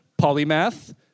Polymath